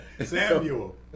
Samuel